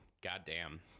goddamn